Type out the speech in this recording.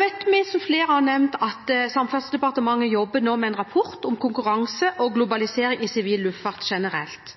vet vi, som flere har nevnt, at Samferdselsdepartementet nå jobber med en rapport om konkurranse og globalisering i sivil luftfart generelt,